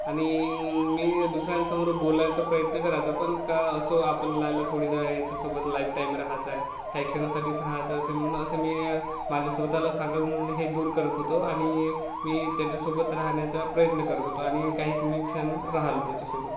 आणि मी दुसऱ्यांसमोर बोलायचा प्रयत्न करायचा पण का असो आपल्याला थोडी ना याच्यासोबत लाईफ टाईम राहायचा आहे काही क्षणासाठीच राहायचं असेल म्हणून असं मी माझ्या स्वतःला सांगून हे दूर करत होतो आणि मी त्याच्यासोबत राहण्याचा प्रयत्न करत होतो आणि काही मी क्षण राहिलो त्याच्यासोबत